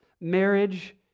marriage